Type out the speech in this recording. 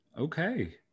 Okay